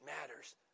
matters